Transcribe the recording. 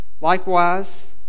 likewise